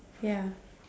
ya